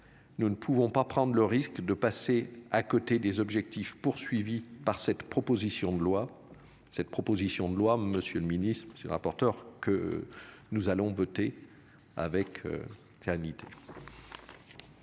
Nous ne pouvons pas prendre le risque de passer à côté des objectifs poursuivis par cette proposition de loi. Cette proposition de loi, Monsieur le Ministre. Monsieur le rapporteur, que nous allons voter. Avec. Sérénité.